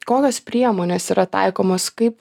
kokios priemonės yra taikomos kaip